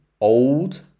old